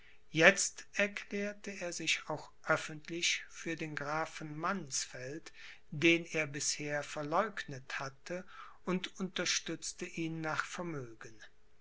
jetzt erklärte er sich auch öffentlich für den grafen mannsfeld den er bisher verleugnet hatte und unterstützte ihn nach vermögen